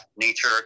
nature